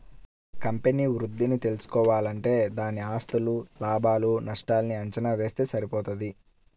company వృద్ధిని తెల్సుకోవాలంటే దాని ఆస్తులు, లాభాలు నష్టాల్ని అంచనా వేస్తె సరిపోతది